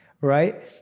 right